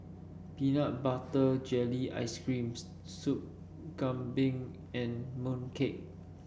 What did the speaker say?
Peanut Butter Jelly Ice cream Soup Kambing and mooncake